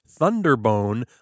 Thunderbone